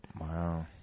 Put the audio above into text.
Wow